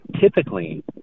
Typically